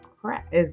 crap